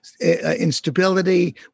instability